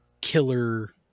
killer